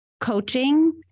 coaching